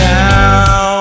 now